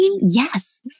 Yes